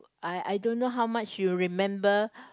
I I don't know how much you remember